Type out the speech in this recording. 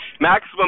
Maximum